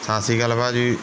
ਸਤਿ ਸ਼੍ਰੀ ਅਕਾਲ ਭਾਅ ਜੀ